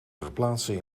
verplaatsen